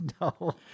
No